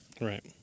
Right